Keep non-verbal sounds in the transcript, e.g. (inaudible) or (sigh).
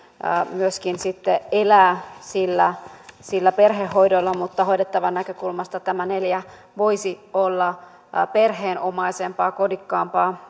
myöskin sitten elää sillä sillä perhehoidolla mutta hoidettavan näkökulmasta tämä neljä voisi olla perheenomaisempaa kodikkaampaa (unintelligible)